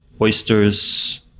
oysters